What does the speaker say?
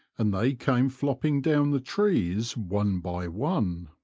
and they came flopping down the trees one by one.